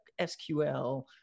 sql